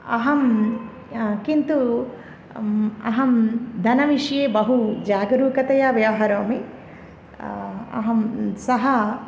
अहं किन्तु अहं धनविषये बहु जागरूकतया व्यवहरोमि अहं सः